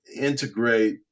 integrate